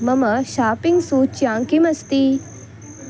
मम शापिङ्ग् सूच्यां किमस्ति